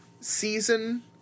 season